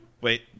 Wait